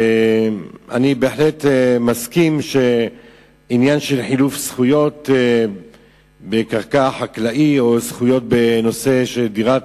אני בהחלט מסכים לחילוף זכויות בקרקע חקלאית או זכויות בנושא דירת